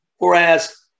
Whereas